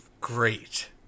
great